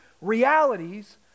realities